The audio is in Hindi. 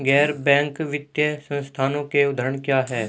गैर बैंक वित्तीय संस्थानों के उदाहरण क्या हैं?